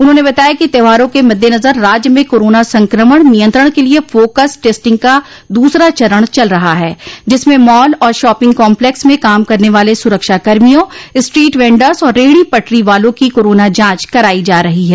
उन्होंने बताया कि त्यौहारों के मद्देनजर राज्य में कोरोना संक्रमण नियंत्रण के लिये फोकस टेस्टिंग का दूसरा चरण चल रहा है जिसमें माल और शॉपिंग कॉम्पलेक्स में काम करने वाले सुरक्षाकर्मियों स्ट्रीट वेडर्स और रेहड़ी पटरी वालों की कोरोना जांच कराई जा रही है